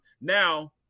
now